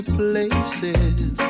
places